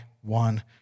one